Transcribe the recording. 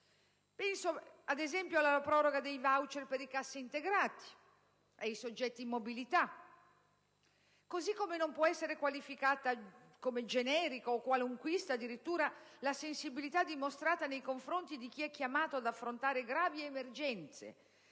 Penso, ad esempio, alla proroga dei*voucher* per i cassaintegrati e ai soggetti in mobilità. Così come non può essere qualificata come generica o addirittura qualunquista la sensibilità dimostrata nei confronti di chi è chiamato ad affrontare gravi emergenze,